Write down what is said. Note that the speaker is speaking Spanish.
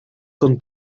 con